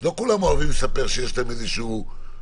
לא כולם אוהבים לספר שיש להם איזה בעיה,